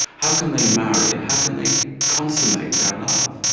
how can they marry? and how can they consummate their love?